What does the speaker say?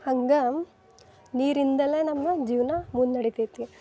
ಹಂಗೆ ನೀರಿಂದಲೇ ನಮ್ಮ ಜೀವನ ಮುನ್ನಡಿತೈತಿ